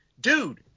dude